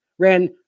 ran